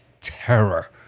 terror